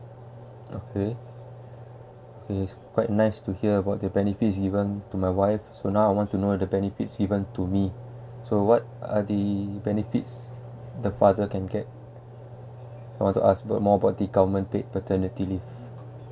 okay so it's quite nice to hear about the benefits is given to my wife so now I want to know the benefits given to me so what are the benefits the father can get I want to ask more about the government paid paternity leave